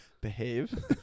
behave